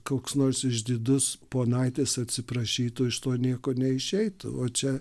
koks nors išdidus ponaitis atsiprašytų iš to nieko neišeitų o čia